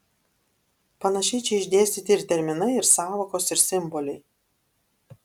panašiai čia išdėstyti ir terminai ir sąvokos ir simboliai